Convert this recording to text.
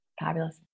Fabulous